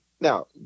Now